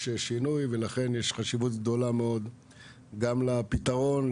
איזשהו שינוי ולכן יש חשיבות גדולה מאוד גם לפתרון,